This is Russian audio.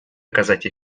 оказать